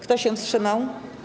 Kto się wstrzymał?